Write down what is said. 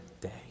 day